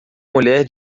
mulher